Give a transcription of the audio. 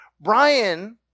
Brian